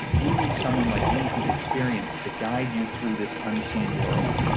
you need someone like me who's experienced to guide you through this unseen world.